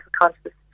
consciousness